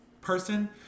person